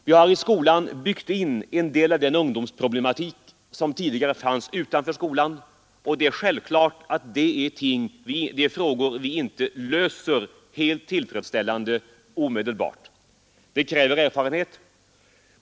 Vi har i skolan byggt in en del av den ungdomsproblematik som tidigare fanns utanför skolan, och det är självklart att de frågorna inte omedelbart kan lösas helt tillfredsställande. Det kräver erfarenhet.